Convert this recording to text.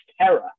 Terror